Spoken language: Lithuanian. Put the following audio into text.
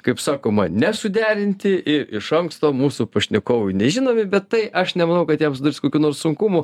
kaip sakoma nesuderinti ir iš anksto mūsų pašnekovui nežinomi bet tai aš nemanau kad jam sudarys kokių nors sunkumų